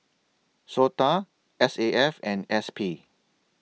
Sota S A F and S P